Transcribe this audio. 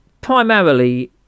primarily